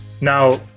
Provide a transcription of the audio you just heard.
Now